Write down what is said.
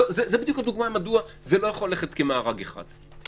זו בדיוק הדוגמה מדוע זה לא יכול ללכת כמארג אחד.